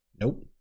Nope